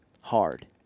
Hard